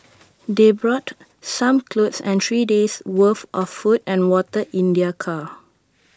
they brought some clothes and three days' worth of food and water in their car